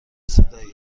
صدایی